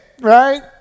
right